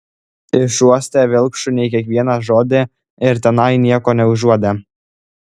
išuostė vilkšuniai kiekvieną žodį ir tenai nieko neužuodė